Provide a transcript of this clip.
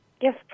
Yes